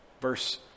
Verse